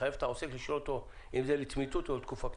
נחייב את העוסק לשאול אותו אם זה לצמיתות או לתקופה קצובה.